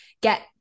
get